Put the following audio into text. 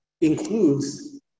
includes